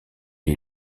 est